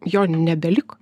jo nebeliko